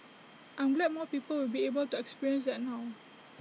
I'm glad more people will be able to experience that now